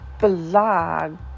blog